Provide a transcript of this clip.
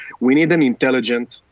we need an intelligent,